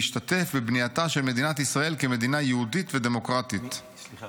והשתתף בבנייתה של מדינת ישראל כמדינה יהודית ודמוקרטית." סליחה,